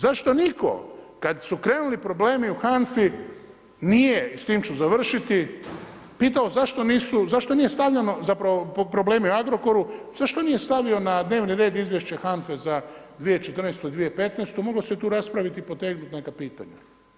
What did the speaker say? Zašto nitko kada su krenuli problemi u HANFA-i nije, i s time ću završiti, pitao zašto nije stavljeno, zapravo problemi o Agrokoru zašto nije stavio na dnevni red Izvješće HANFA-e za 2014., 2015. moglo se tu raspraviti i potegnuti neka pitanja.